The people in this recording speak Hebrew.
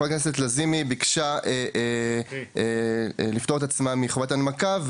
חברת הכנסת לזימי ביקשה לפטור את עצמה מחובת הנמקה,